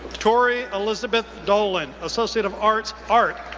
torrey elizabeth dolan, associate of arts, art,